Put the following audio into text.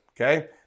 Okay